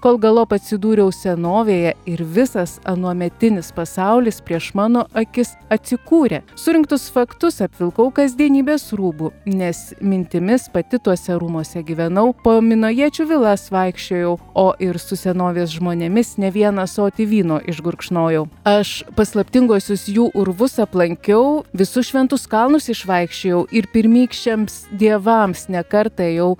kol galop atsidūriau senovėje ir visas anuometinis pasaulis prieš mano akis atsikūrė surinktus faktus apvilkau kasdienybės rūbu nes mintimis pati tuose rūmuose gyvenau po minojiečių vilas vaikščiojau o ir su senovės žmonėmis ne vieną ąsotį vyno išgurkšnojau aš paslaptinguosius jų urvus aplankiau visus šventus kalnus išvaikščiojau ir pirmykščiams dievams ne kartą ėjau